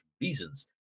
reasons